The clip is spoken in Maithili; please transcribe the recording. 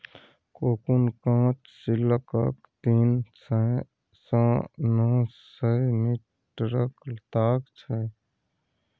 कोकुन काँच सिल्कक तीन सय सँ नौ सय मीटरक ताग छै